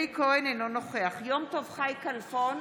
אלי כהן, אינו נוכח יום טוב חי כלפון,